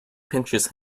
pinches